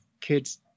kids